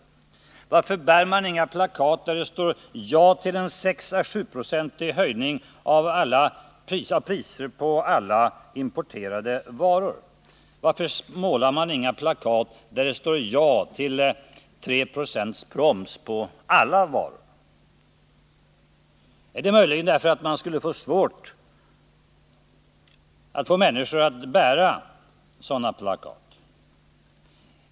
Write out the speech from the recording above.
Varför inga där det står: Ja till en 6 å 7-procentig höjning av priserna på alla importerade varor? Varför inte ett där det står: Ja till 3 Zo proms på alla varor? Är det möjligen därför att det skulle bli svårt att få människor att bära sådana plakat?